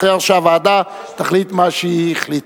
לחדש את דיוניה בהצעת חוק זו.